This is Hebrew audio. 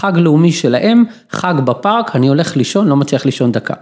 חג לאומי שלהם, חג בפארק, אני הולך לישון, לא מצליח לישון דקה.